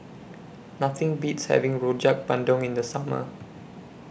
Nothing Beats having Rojak Bandung in The Summer